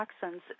toxins